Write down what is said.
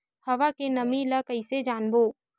हवा के नमी ल कइसे जानबो?